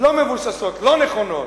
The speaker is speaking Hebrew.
לא מבוססות, לא נכונות,